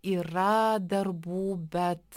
yra darbų bet